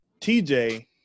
TJ